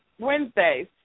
Wednesdays